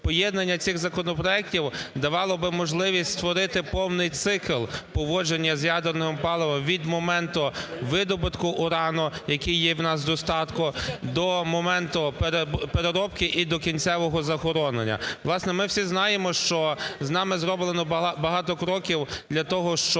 поєднання цих законопроектів давало би можливість створити повний цикл поводження з ядерним паливом: від моменту видобутку урану, який є у нас в достатку, до моменту переробки і до кінцевого захоронення. Власне, ми всі знаємо, що нами зроблено багато кроків для того, щоб